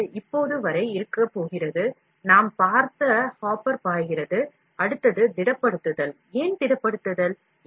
அடுத்ததாக நாம் திடப்படுத்தலைப் பார்க்கப் போகிறோம் ஏன் திடப்படுத்துதல்